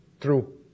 True